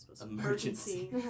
emergency